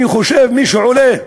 אני חושב, מי שעולה,